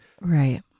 Right